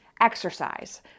Exercise